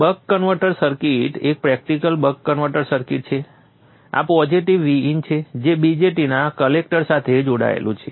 આ buck converter circuit એક practical buck converter circuit છે આ પોઝિટિવ Vin છે જે BJT ના કલેક્ટર સાથે જોડાયેલું છે